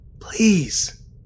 please